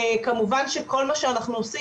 כמובן שכל מה שאנחנו עושים,